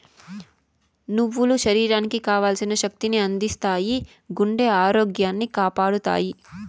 నువ్వులు శరీరానికి కావల్సిన శక్తి ని అందిత్తాయి, గుండె ఆరోగ్యాన్ని కాపాడతాయి